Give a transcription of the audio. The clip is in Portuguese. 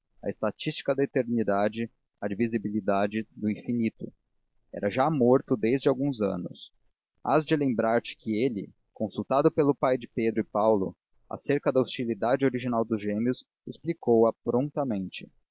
a estatística da eternidade a divisibilidade do infinito era já morto desde alguns anos hás de lembrar-te que ele consultado pelo pai de pedro e paulo acerca da hostilidade original dos gêmeos explicou a prontamente